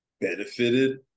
benefited